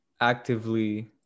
actively